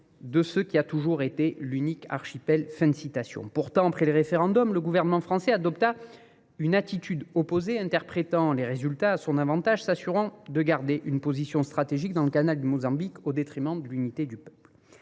de ce qui a toujours été l’unique archipel » des Comores. Cependant, après le référendum, le gouvernement français adopta une attitude opposée, interprétant les résultats à son avantage et s’assurant de garder une position stratégique dans le canal du Mozambique, au détriment de l’unité du peuple.